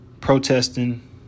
protesting